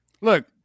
Look